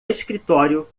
escritório